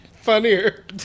funnier